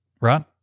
right